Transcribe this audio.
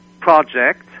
project